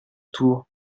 tour